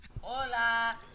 Hola